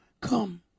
come